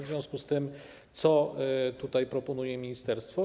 W związku z tym pytam, co tutaj proponuje ministerstwo.